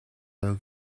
leur